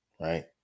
right